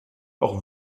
auch